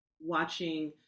watching